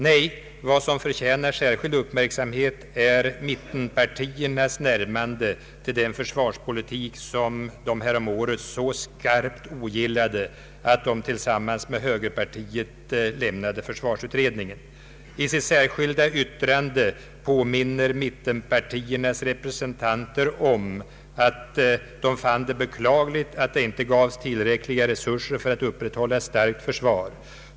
Nej, vad som förtjänar särskild uppmärksamhet är mittenpartiernas närmande till den försvarspolitik som de härom året så skarpt ogillade att de tillsammans med högerpartiet lämnade försvarsutredningen. I sitt särskilda yttrande påminner mittenpartiernas representanter om att de fann det beklagligt att det inte gavs tillräckliga resurser för att upprätthålla ett starkt försvar.